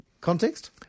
Context